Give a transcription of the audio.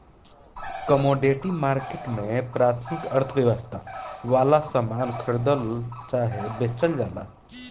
commodity market में प्राथमिक अर्थव्यवस्था वाला सामान खरीदल चाहे बेचल जाला